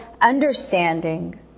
understanding